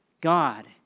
God